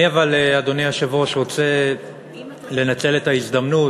אני, אבל, אדוני היושב-ראש, רוצה לנצל את ההזדמנות